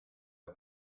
der